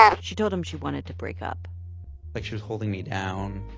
she told him she wanted to break up like she was holding me down,